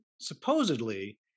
supposedly